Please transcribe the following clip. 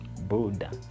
Buddha